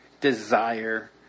desire